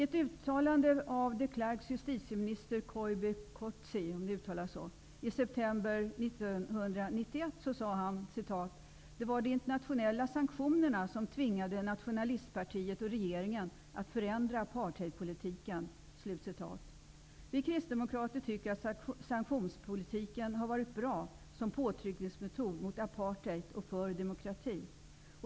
Koibie Coetsee, i ett uttalande: ''Det var de internationella sanktionerna som tvingade Nationalistpartiet och regeringen att förändra apartheidpolitiken.'' Vi kristdemokrater tycker att sanktionspolitiken har varit bra som påtryckningsmetod mot apartheid och för demokrati.